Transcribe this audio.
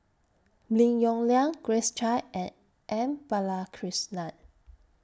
Lim Yong Liang Grace Chia and M Balakrishnan